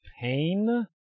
pain